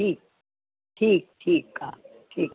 ठीकु ठीकु ठीकु आहे ठीकु